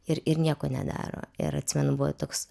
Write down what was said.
ir ir nieko nedaro ir atsimenu buvo toks